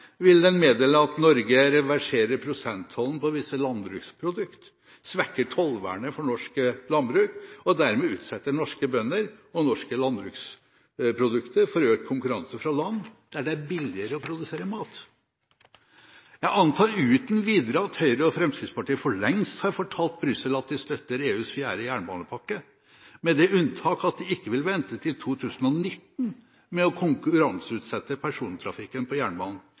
vil den meddele at Norge reverserer prosenttollen på visse landbruksprodukter, svekker tollvernet for norsk landbruk og dermed utsetter norske bønder og norske landbruksprodukter for økt konkurranse fra land der det er billigere å produsere mat. Jeg antar uten videre at Høyre og Fremskrittspartiet for lengst har fortalt Brussel at de støtter EUs fjerde jernbanepakke, med det unntak at de ikke vil vente til 2019 med å konkurranseutsette persontrafikken på jernbanen.